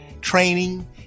training